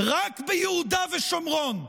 רק ביהודה ושומרון?